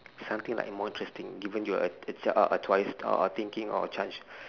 something like more interesting given you a a a ch~ a twice or a thinking or a chance